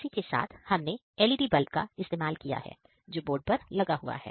उसी के साथ हमने LED बल्ब का इस्तेमाल किया है जो बोर्ड पर लगा हुआ है